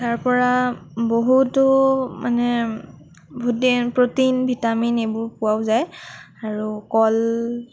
তাৰ পৰা বহুতো মানে ভূটিন প্ৰ'টিন ভিটামিন এইবোৰ পোৱাও যায় আৰু কল